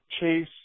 Chase